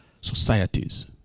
societies